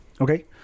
Okay